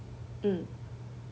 mm